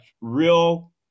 real